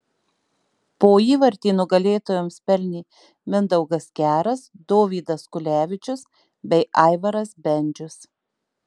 po įvartį nugalėtojams pelnė mindaugas keras dovydas kulevičius bei aivaras bendžius